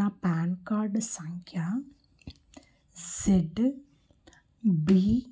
నా PAN card సంఖ్య Z be